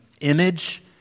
image